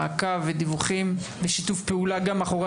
מעקב ודיווחים ובשיתוף פעולה גם מאחורי